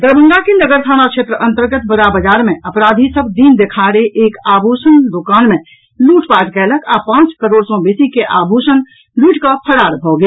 दरभंगा के नगर थाना क्षेत्र अंतर्गत बड़ा बाजार मे अपराधी सभ दिन देखाड़े एक आभूषण दोकान मे लूटपाट कयलक आ पांच करोड़ सॅ बेसी के आभूषण लूटिकऽ फरार भऽ गेल